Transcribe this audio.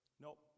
Nope